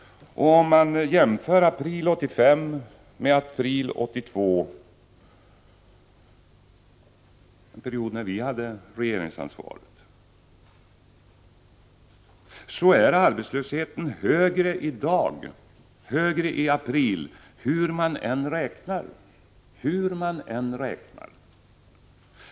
Om man jämför april 1985 med april 1982 — en period när vi hade regeringsansvaret — finner man att arbetslösheten är högre i april i år, hur man än räknar.